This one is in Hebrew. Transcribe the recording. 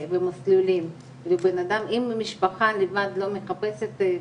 אם משפחה לבד לא מחפשת,